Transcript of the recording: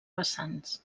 vessants